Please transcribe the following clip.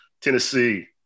Tennessee